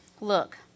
look